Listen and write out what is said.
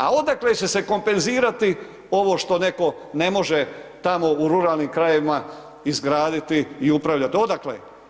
A odakle će se kompenzirati ovo što netko ne može tamo u ruralnim krajevima izgraditi i upravljat, odakle?